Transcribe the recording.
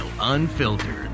Unfiltered